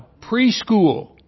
preschool